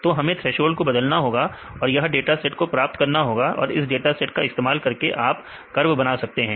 तो हमें थ्रेसोल्ड को बदलना होगा और यह डाटा सेट को प्राप्त करना होगा और इस डाटा का इस्तेमाल करके आप कर्व बना सकते हैं